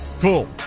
Cool